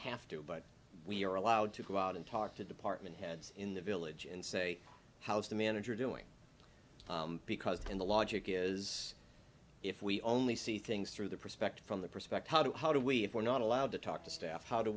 have to but we are allowed to go out and talk to department heads in the village and say how is the manager doing because in the logic is if we only see things through the perspective from the perspective of how do we if we're not allowed to talk to staff how do